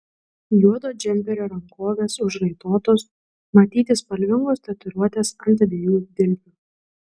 juodo džemperio rankovės užraitotos matyti spalvingos tatuiruotės ant abiejų dilbių